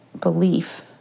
belief